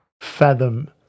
fathom